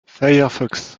firefox